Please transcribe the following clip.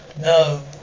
No